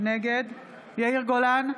נגד יאיר גולן,